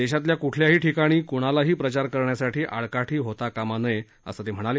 देशातल्या कुठल्याही ठिकाणी कूणालाही प्रचार करण्यासाठी आडकाठी होता कामा नये असं ते म्हणाले